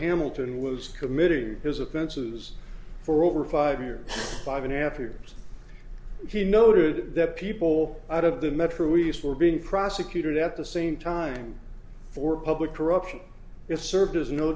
hamilton was committing his offenses for over five years five and a half years he noted that the people out of the metro east were being prosecuted at the same time for public corruption it served